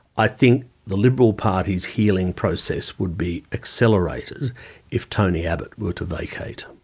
i think the liberal party's healing process would be accelerated if tony abbott were to vacate.